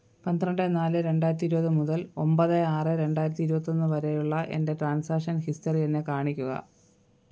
പന്ത്രണ്ട് നാല് രണ്ടായിരത്തി ഇരുപത് മുതൽ ഒൻപത് ആറ് രണ്ടായിരത്തി ഇരുപത്തൊന്ന് വരെയുള്ള എൻ്റെ ട്രാൻസാക്ഷൻ ഹിസ്റ്ററി എന്നെ കാണിക്കുക